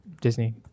Disney